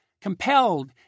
compelled